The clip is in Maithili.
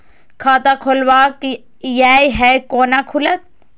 खाता खोलवाक यै है कोना खुलत?